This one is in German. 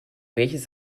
welches